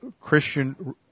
Christian